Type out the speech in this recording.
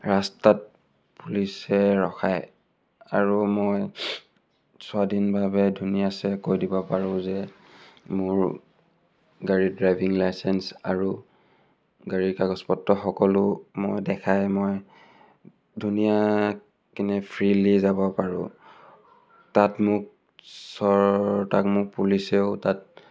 ৰাস্তাত পুলিচে ৰখায় আৰু মই স্বাধীনভাৱ ধুনীয়া চে কৈ দিব পাৰোঁ যে মোৰ গাড়ীৰ ড্ৰাইভিং লাইচেন্স আৰু গাড়ীৰ কাগজ পত্ৰ সকলো মই দেখাই মই ধুনীয়া কিনে ফ্ৰীলি যাব পাৰোঁ তাত মোক চৰটাক মোক পুলিচেও তাত